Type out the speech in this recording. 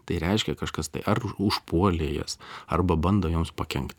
tai reiškia kažkas tai ar užpuolė jas arba bando joms pakenkti